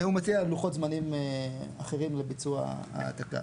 הוא מציע לוחות זמנים אחרים לביצוע ההעתקה.